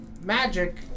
magic